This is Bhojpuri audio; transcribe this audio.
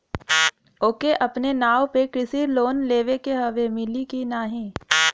ओके अपने नाव पे कृषि लोन लेवे के हव मिली की ना ही?